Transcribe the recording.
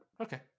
Okay